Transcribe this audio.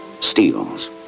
steals